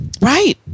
Right